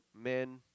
men